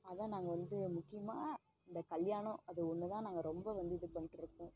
அதுதான் நாங்கள் வந்து முக்கியமாக இந்த கல்யாணம் அது ஒன்று தான் நாங்கள் ரொம்ப வந்து இது பண்ணிட்ருக்கோம்